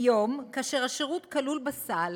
היום, כאשר השירות כלול בסל